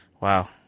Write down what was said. Wow